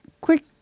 quick